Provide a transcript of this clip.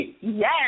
yes